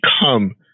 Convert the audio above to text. become